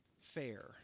fair